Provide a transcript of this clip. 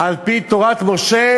על-פי תורת משה,